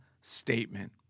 statement